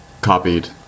copied